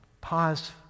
Pause